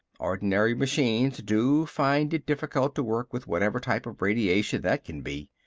ordinary machines do find it difficult to work with whatever type of radiation that can be.